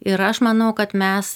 ir aš manau kad mes